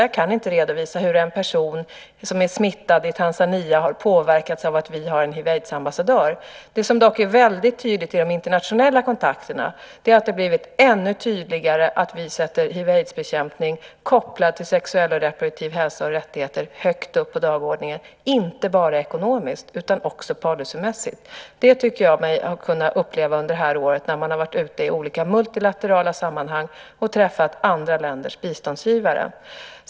Jag kan inte redovisa hur en person som är smittad i Tanzania har påverkats av att vi har en hiv aids-bekämpning kopplat till sexuell och reproduktiv hälsa och rättigheter högt upp på dagordningen inte bara ekonomiskt utan också policymässigt. Det tycker jag mig ha kunnat uppleva under det här året när jag har varit ute i olika multilaterala sammanhang och träffat andra länders biståndsgivare.